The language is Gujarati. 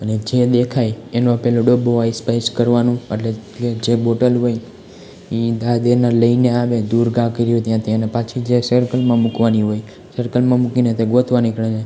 અને જે દેખાય એનો પહેલો ડબ્બો આઈસ પાઈસ કરવાનું અટલે જે બોટલ હોય એ દાવ દેનાર લઈને આવે દૂર ઘા કરી હોય ત્યાંથી અને પાછી જે સર્કલમાં મૂકવાની હોય સર્કલમાં મૂકીને તે ગોતવા નીકળે છે